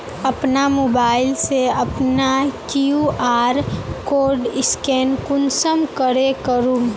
अपना मोबाईल से अपना कियु.आर कोड स्कैन कुंसम करे करूम?